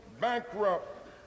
bankrupt